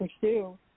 pursue